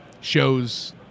shows